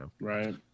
Right